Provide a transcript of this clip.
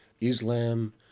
Islam